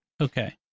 Okay